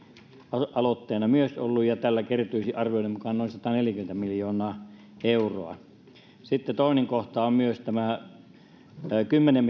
aloitteena ja tällä kertyisi arvioiden mukaan noin sataneljäkymmentä miljoonaa euroa sitten toinen kohta on myös tämä kymmenen